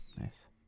Nice